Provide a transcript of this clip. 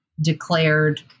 declared